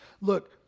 Look